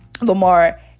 Lamar